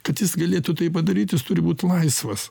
kad jis galėtų tai padaryt jis turi būti laisvas